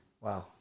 Wow